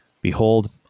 Behold